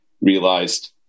realized